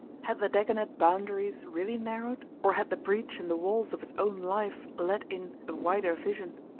had the dagonet boundaries really narrowed, or had the breach in the walls of his own life let in a wider vision?